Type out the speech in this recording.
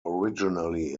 originally